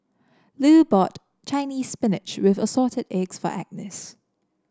Lu bought Chinese Spinach with Assorted Eggs for Agnes